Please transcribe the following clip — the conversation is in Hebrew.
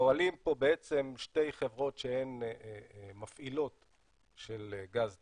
שפועלות פה שתי חברות שהן מפעילות של גז טבעי,